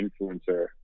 influencer